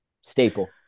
Staple